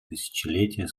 тысячелетия